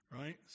right